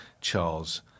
Charles